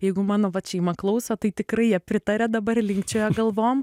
jeigu mano vat šeima klauso tai tikrai jie pritaria dabar linkčioja galvom